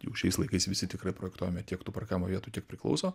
jau šiais laikais visi tikrai projektuojame tiek tų parkavimo vietų kiek priklauso